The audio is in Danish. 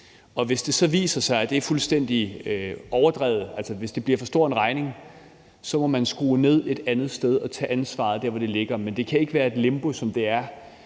Hvis det så viser sig, at det er fuldstændig overdrevet, altså hvis det bliver for stor en regning, må man skrue ned et andet sted og tage ansvaret der, hvor det ligger. Men det kan ikke være et limbo, som der er